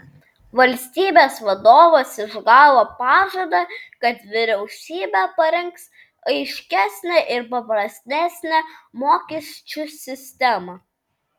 valstybės vadovas išgavo pažadą kad vyriausybė parengs aiškesnę ir paprastesnę mokesčių sistemą